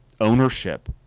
ownership